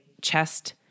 chest